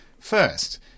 First